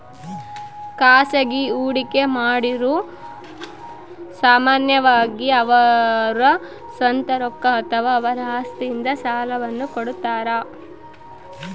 ಖಾಸಗಿ ಹೂಡಿಕೆಮಾಡಿರು ಸಾಮಾನ್ಯವಾಗಿ ಅವರ ಸ್ವಂತ ರೊಕ್ಕ ಅಥವಾ ಅವರ ಆಸ್ತಿಯಿಂದ ಸಾಲವನ್ನು ಕೊಡುತ್ತಾರ